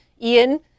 Ian